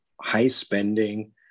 high-spending